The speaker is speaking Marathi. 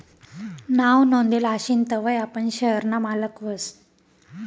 नाव नोंदेल आशीन तवय आपण शेयर ना मालक व्हस